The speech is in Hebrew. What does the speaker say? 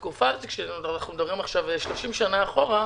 אנחנו מדברים על לפני 30 שנים.